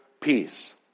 peace